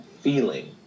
feeling